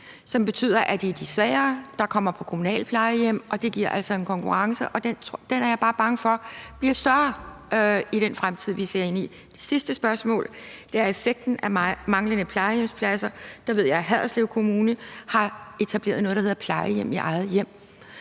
betyder, at det er de svagere, der kommer på kommunale plejehjem, og det giver altså en konkurrence, og den er jeg bare bange for bliver større i den fremtid, vi ser ind i. Det sidste spørgsmål handler om effekten af manglende plejehjemspladser. Der ved jeg, at Haderslev Kommune har etableret noget, der hedder plejehjem i eget hjem,